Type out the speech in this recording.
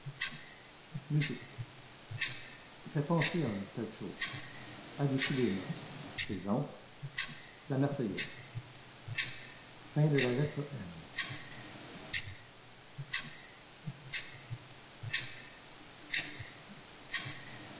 fait penser à un tas de choses adoucit les moeurs ex la marseillaise n